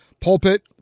pulpit